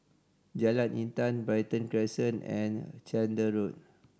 Jalan Intan Brighton Crescent and Chander Road